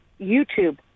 YouTube